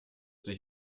sich